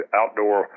outdoor